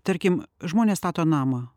tarkim žmonės stato namą